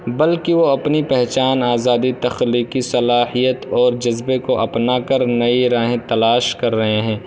بلکہ وہ اپنی پہچان آزادی تخلیقی صلاحیت اور جذبے کو اپنا کر نئے راہیں تلاش کر رہے ہیں